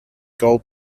gold